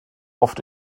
oft